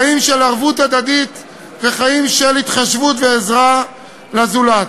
חיים של ערבות הדדית וחיים של התחשבות ועזרה לזולת.